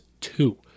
two